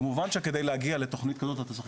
כמובן שעל מנת להגיע לתכנית כזו,